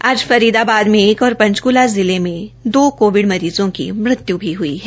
आज फरीदाबाद में एक और पंचकूला में दो कोविड मरीज़ों की मृत्यू भी हुई है